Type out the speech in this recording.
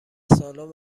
سالن